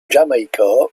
jamaica